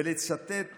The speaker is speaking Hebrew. ולצטט